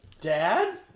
Dad